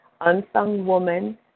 unsungwoman